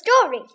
story